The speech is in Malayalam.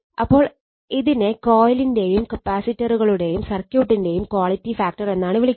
അപ്പോൾ ഇതിനെ കൊയിലിന്റെയും കപ്പാസിറ്ററുകളുടെയും സർക്യൂട്ടിന്റെയും ക്വാളിറ്റി ഫാക്ടർ എന്നാണ് വിളിക്കുന്നത്